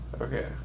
Okay